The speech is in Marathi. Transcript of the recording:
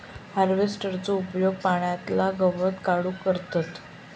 हार्वेस्टरचो उपयोग पाण्यातला गवत काढूक करतत